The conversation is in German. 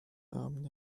abend